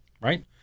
right